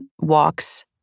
walks